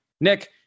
Nick